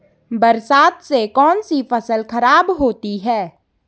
बरसात से कौन सी फसल खराब होती है?